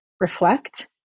reflect